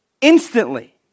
Instantly